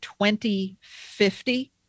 2050